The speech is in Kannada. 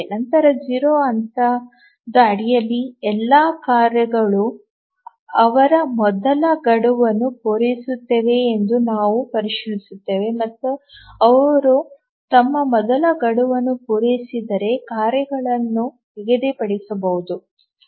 ನಂತರ 0 ಹಂತದ ಅಡಿಯಲ್ಲಿ ಎಲ್ಲಾ ಕಾರ್ಯಗಳು ಅವರ ಮೊದಲ ಗಡುವನ್ನು ಪೂರೈಸುತ್ತವೆಯೇ ಎಂದು ನಾವು ಪರಿಶೀಲಿಸುತ್ತೇವೆ ಮತ್ತು ಅವರು ತಮ್ಮ ಮೊದಲ ಗಡುವನ್ನು ಪೂರೈಸಿದರೆ ಕಾರ್ಯಗಳನ್ನು ನಿಗದಿಪಡಿಸಬಹುದು